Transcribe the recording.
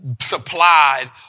supplied